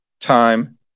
time